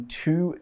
two